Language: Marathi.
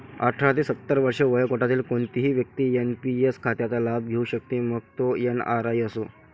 अठरा ते सत्तर वर्षे वयोगटातील कोणतीही व्यक्ती एन.पी.एस खात्याचा लाभ घेऊ शकते, मग तो एन.आर.आई असो